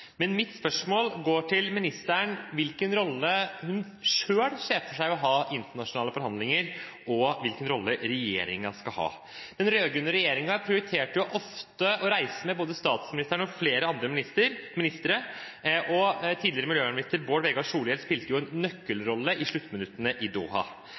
Men mitt spørsmål til ministeren gjelder hvilken rolle hun ser for seg at hun skal ha i internasjonale forhandlinger. Og hvilken rolle skal regjeringen ha? Den rød-grønne regjeringen prioriterte jo ofte å reise med både statsministeren og flere andre ministre, og tidligere miljøvernminister Bård Vegar Solhjell spilte jo en nøkkelrolle i sluttminuttene i Doha.